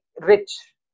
rich